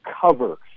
cover